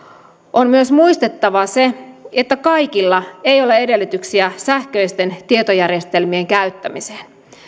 on myös muistettava se että kaikilla ei ole edellytyksiä sähköisten tietojärjestelmien käyttämiseen